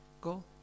go